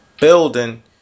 building